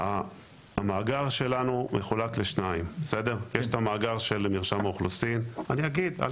המאגר שלנו מחולק לשניים: יש את המאגר של מרשם האוכלוסין ויש